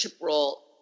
role